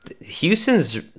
Houston's